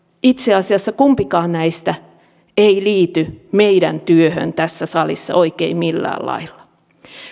itse asiassa kumpikaan näistä ei liity meidän työhömme tässä salissa oikein millään lailla